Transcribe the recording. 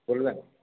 বলবেন